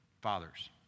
fathers